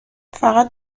فقط